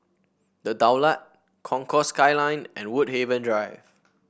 The Daulat Concourse Skyline and Woodhaven Drive